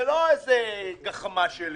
זה לא גחמה שלי.